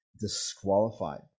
disqualified